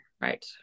right